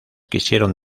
quisieron